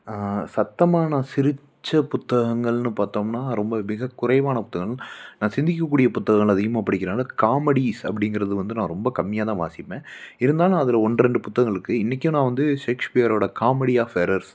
சத்தமாக நான் சிரித்த புத்தகங்கள்னு பார்த்தோம்னா ரொம்ப மிக குறைவான புத்தகம் நான் சிந்திக்கக்கூடிய புத்தகங்கள் அதிகமாக படிக்கிறதனால காமெடிஸ் அப்படிங்கிறது வந்து நான் ரொம்ப கம்மியாக தான் வாசிப்பேன் இருந்தாலும் அதில் ஒன்று ரெண்டு புத்தகங்கள் இருக்குது இன்றைக்கும் நான் வந்து ஷேக்ஸ்பியரோட காமெடி ஆப் எரர்ஸ்